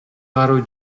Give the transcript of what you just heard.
гаруй